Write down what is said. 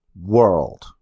world